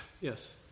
Yes